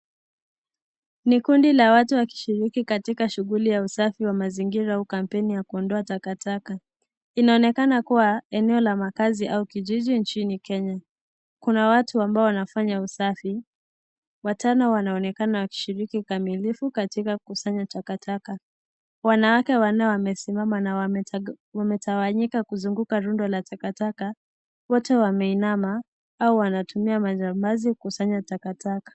Ni kundi la watu wakishiriki katika shughuli ya usafi wa mazingira au kampeni ya kuondoa takataka, inaonekana kuwa eneo la makazi au kijiji nchini Kenya, kuna watu ambao wanafanya usafi, watano wanaonekana wakishiriki ukamilifu katika kusanya takataka, wanawake wanne wamesimama, wametawanyika kuzunguka rundo la taka wote wameinama, hao wanatumia majabazi kusanya takataka.